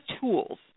tools